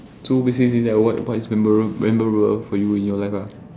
so basically is that what for you in your life ah